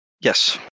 Yes